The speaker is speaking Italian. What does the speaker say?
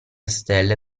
stelle